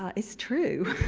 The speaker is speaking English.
ah it's true.